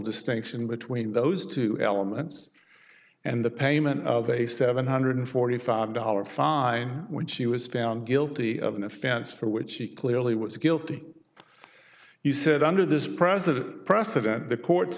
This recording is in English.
distinction between those two elements and the payment of a seven hundred forty five dollars fine when she was found guilty of an offense for which she clearly was guilty you said under this president precedent the court